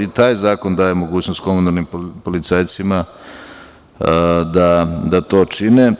I taj zakon daje mogućnost komunalnim policajcima da to čine.